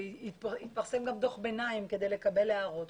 יתפרסם גם דוח ביניים כדי לקבל הערות.